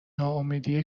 ناامیدی